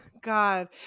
God